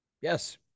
Yes